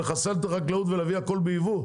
לחסל את החקלאות ולהביא את הכול ביבוא?